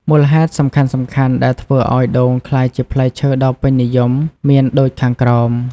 មូលហេតុសំខាន់ៗដែលធ្វើឲ្យដូងក្លាយជាផ្លែឈើដ៏ពេញនិយមមានដូចខាងក្រោម